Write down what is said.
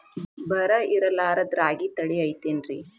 ಬರ ಇರಲಾರದ್ ರಾಗಿ ತಳಿ ಐತೇನ್ರಿ?